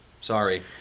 Sorry